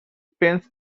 pens